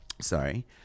Sorry